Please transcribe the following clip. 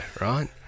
right